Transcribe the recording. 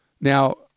Now